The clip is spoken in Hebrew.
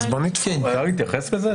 אז היא יכולה להתייחס לזה?